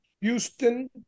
Houston